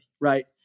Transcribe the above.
right